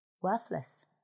worthless